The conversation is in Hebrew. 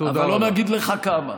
אבל לא נגיד לך כמה.